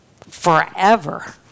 forever